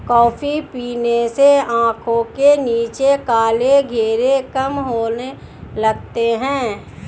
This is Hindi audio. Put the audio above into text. कॉफी पीने से आंखों के नीचे काले घेरे कम होने लगते हैं